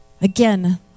Again